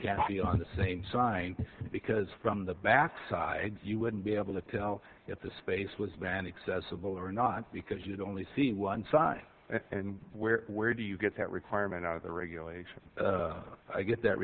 can't be on the same sign because from the back side you wouldn't be able to tell if the space was banned accessible or not because you've only seen one sign and where where do you get that requirement out of the regulations i get that